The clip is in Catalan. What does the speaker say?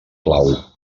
clau